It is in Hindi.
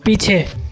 पीछे